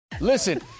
Listen